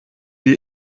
die